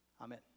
Amen